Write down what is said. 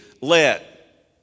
let